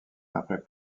après